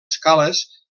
escales